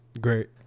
Great